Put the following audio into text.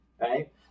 Right